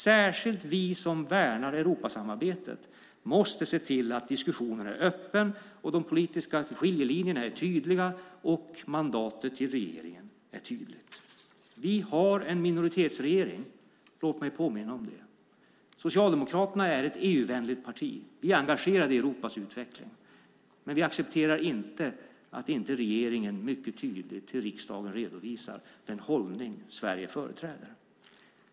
Särskilt vi som värnar Europasamarbetet måste se till att diskussionen är öppen, de politiska skiljelinjerna är tydliga och mandatet till regeringen är tydligt. Vi har en minoritetsregering - låt mig påminna om det. Socialdemokraterna är ett EU-vänligt parti. Vi är engagerade i Europas utveckling. Men vi accepterar inte att regeringen inte mycket tydligt till riksdagen redovisar den hållning Sverige företräder.